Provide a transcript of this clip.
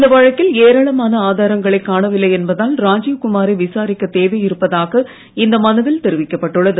இந்த வழக்கில் ஏராளமான ஆதாரங்களை காணவில்லை என்பதால் ராஜீவ்குமா ரை விசாரிக்கத் தேவை இருப்பதாக இந்த மனுவில் தெரிவிக்கப்பட்டுள்ளது